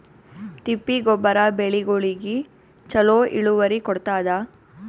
ತಿಪ್ಪಿ ಗೊಬ್ಬರ ಬೆಳಿಗೋಳಿಗಿ ಚಲೋ ಇಳುವರಿ ಕೊಡತಾದ?